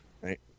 Right